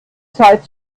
zeit